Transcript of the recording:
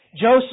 Joseph